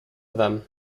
them